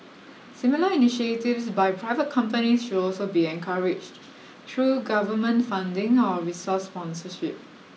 similar initiatives by private companies should also be encouraged through government funding or resource sponsorship